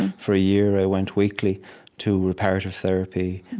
and for a year, i went weekly to reparative therapy,